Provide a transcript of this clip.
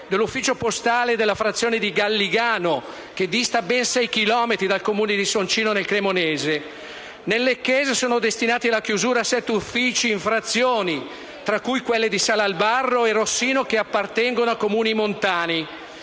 dell'ufficio postale della frazione di Gallignano, che dista ben 6 chilometri dal comune di Soncino nel cremonese. Nel lecchese, sono destinati alla chiusura sette uffici in frazioni, tra cui Sala al Barro e Rossino, che appartengono a Comuni montani.